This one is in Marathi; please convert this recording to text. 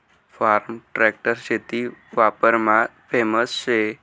फार्म ट्रॅक्टर शेती वापरमा फेमस शे